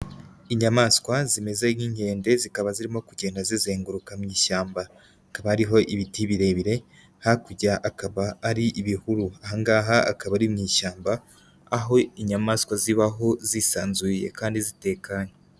Inyamaswa zimeze nk'inkende, zikaba zirimo kugenda zizenguruka mu ishyamba, hakaba hariho ibiti birebire, hakurya hakaba hari ibihuru, aha ngaha akaba ari mu ishyamba aho inyamaswa zibaho zisanzuye kandi zitekanye.